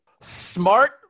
smart